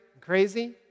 crazy